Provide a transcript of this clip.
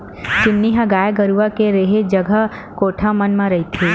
किन्नी ह गाय गरुवा के रेहे जगा कोठा मन म रहिथे